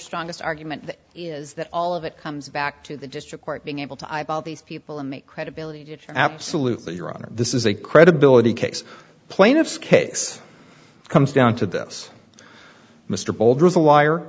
strongest argument is that all of it comes back to the district court being able to eyeball these people and make credibility absolutely your honor this is a credibility case plaintiff's case comes down to this mr boulder is a liar